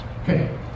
Okay